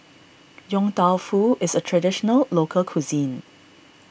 Yong Tau Foo is a Traditional Local Cuisine